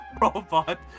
robot